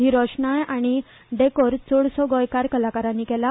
ही रोशणाय आनी डॅकोर चडसो गोंयकार कलाकारांनी केला